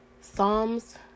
Psalms